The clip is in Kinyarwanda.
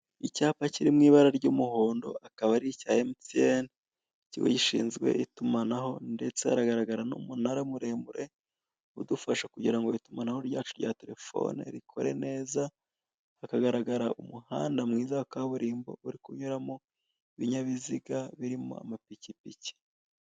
Icyapa kiri mu ibara ry'umuhondo, akaba ari icya MTN, ikigo gishinzwe itumanaho ndetse haragaragara n'umunara muremure, udufasha kugira ngo itumanaho ryacu rya telefone rikore neza, hakagaragara umuhanda mwiza wa kaburimbo uri kunyuramo amapikipiki.